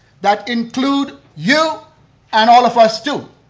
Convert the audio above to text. that include you and all of us too.